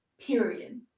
Period